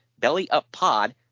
BELLYUPPOD